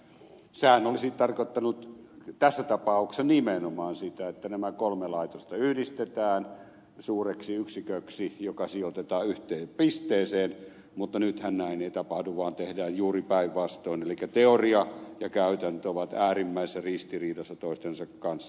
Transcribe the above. sehän olisi tarkoittanut tässä tapauksessa nimenomaan sitä että nämä kolme laitosta yhdistetään suureksi yksiköksi joka sijoitetaan yhteen pisteeseen mutta nythän näin ei tapahdu vaan tehdään juuri päinvastoin elikkä teoria ja käytäntö ovat äärimmäisessä ristiriidassa toistensa kanssa